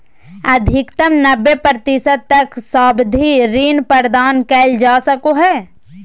अधिकतम नब्बे प्रतिशत तक सावधि ऋण प्रदान कइल जा सको हइ